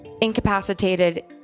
incapacitated